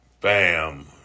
Bam